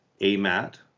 AMAT